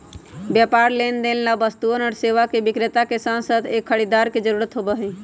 व्यापार लेनदेन ला वस्तुअन और सेवा के विक्रेता के साथसाथ एक खरीदार के जरूरत होबा हई